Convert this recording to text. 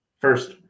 First